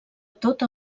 tota